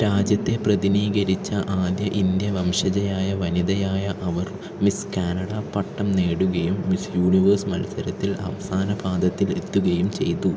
രാജ്യത്തെ പ്രതിനീകരിച്ച ആദ്യ ഇന്ത്യ വംശജയായ വനിതയായ അവര് മിസ് കാനഡ പട്ടം നേടുകയും മിസ് യൂണിവേഴ്സ് മത്സരത്തിൽ അവസാന പാദത്തില് എത്തുകയും ചെയ്തു